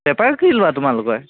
paper কি লোৱা তোমালোকে